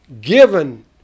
given